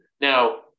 Now